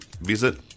visit